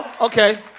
Okay